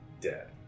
dead